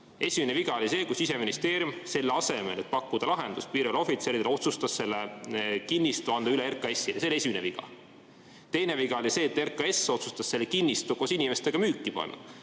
esimene viga oli see, kui Siseministeerium, selle asemel, et pakkuda lahendust piirivalveohvitseridele, otsustas selle kinnistu anda üle RKAS‑ile. See oli esimene viga. Teine viga oli see, et RKAS otsustas selle kinnistu koos inimestega müüki panna,